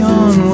on